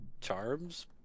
charms